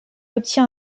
obtient